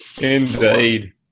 Indeed